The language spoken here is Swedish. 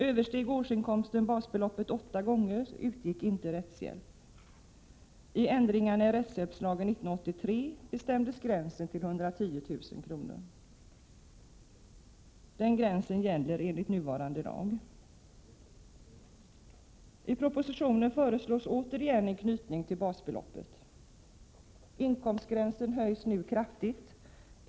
Översteg årsinkomsten åtta gånger basbeloppet utgick inte rättshjälp. I ändringarna i rättshjälpslagen 1983 bestämdes gränsen till 110 000 kr. Den gränsen gäller enligt nuvarande lag. I propositionen föreslås återigen en knytning till basbeloppet. Inkomstgränsen höjs nu kraftigt.